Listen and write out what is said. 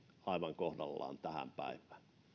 aivan kohdallaan tähän päivään